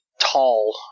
tall